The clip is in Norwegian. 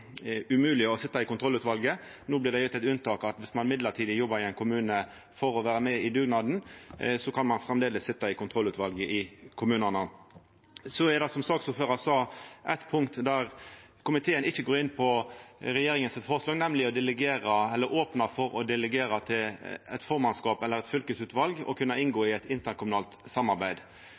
umogleg å sitja i kontrollutval. No blir det gjeve eit unntak – om ein har ein mellombels jobb i ein kommune for å vera med på dugnaden, kan ein framleis sitja i kontrollutvalet i kommunen. Så er det, som saksordføraren sa, eitt punkt der komiteen ikkje går inn på regjeringa sitt forslag, nemleg å opna for å delegera til eit formannsskap eller fylkesutval å kunna inngå i eit interkommunalt samarbeid.